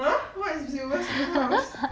!huh! what is silver spoon house